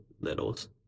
littles